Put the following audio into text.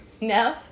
No